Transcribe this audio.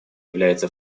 является